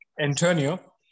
Antonio